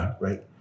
right